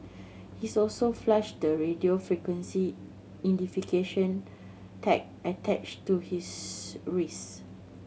he's also flushed the radio frequency identification tag attached to his wrist